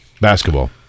Basketball